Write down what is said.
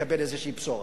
ולקבל איזו בשורה?